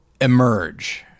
emerge